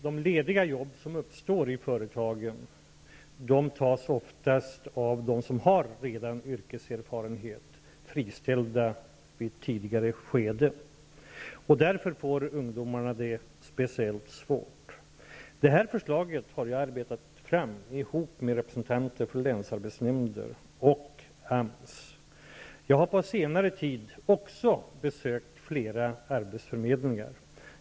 De lediga jobb som uppstår i företagen tas oftast av dem som redan har yrkeserfarenhet, som vid ett tidigare skede har blivit friställda. Därför får ungdomarna det speciellt svårt. Detta förslag har jag arbetat fram tillsammans med representanter från länsarbetsnämnder och AMS. Också jag har på senare tid besökt flera arbetsförmedlingar.